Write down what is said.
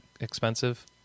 expensive